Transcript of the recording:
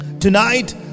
Tonight